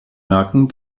merken